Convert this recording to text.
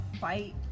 fight